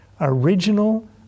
original